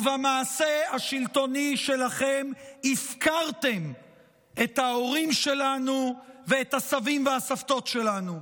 ובמעשה השלטוני שלכם הפקרתם את ההורים שלנו ואת הסבים והסבתות שלנו.